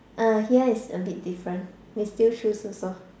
uh here is a bit different they steal shoes also